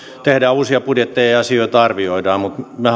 tehdään uusia budjetteja ja ja asioita arvioidaan mutta minä